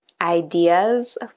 ideas